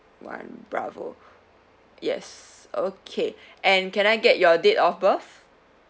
one bravo yes okay and can I get your date of birth